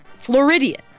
Floridian